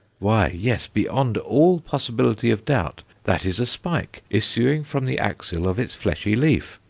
why, yes! beyond all possibility of doubt that is a spike issuing from the axil of its fleshy leaf!